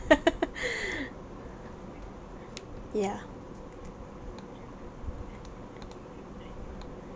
yeah